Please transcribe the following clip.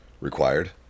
required